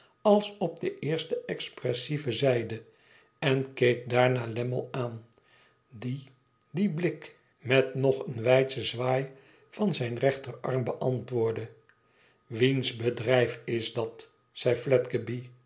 als op de eerste expressieve zijde en keek daarna lammie aan die dien blik mei nog een weidschen zwaai van zijn rechterarm beantwoordde wiens bedrijfis dat zei